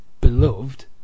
beloved